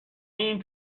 این